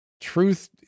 truth